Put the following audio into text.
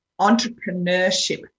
entrepreneurship